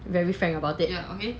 very frank about it